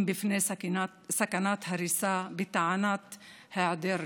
בפני סכנת הריסה בטענת היעדר רישוי.